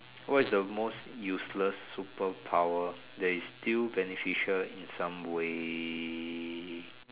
what is the most useless superpower that is still beneficial in some way